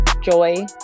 joy